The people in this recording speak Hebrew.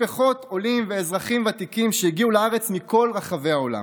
משפחות עולים ואזרחים ותיקים שהגיעו לארץ מכל רחבי העולם.